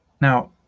Now